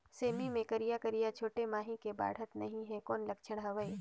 सेमी मे करिया करिया छोटे माछी हे बाढ़त नहीं हे कौन लक्षण हवय?